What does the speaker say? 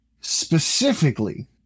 specifically